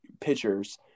pitchers